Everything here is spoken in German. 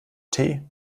tee